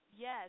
Yes